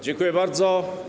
Dziękuję bardzo.